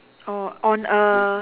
oh on uh